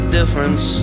difference